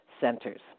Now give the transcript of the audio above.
centers